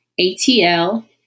ATL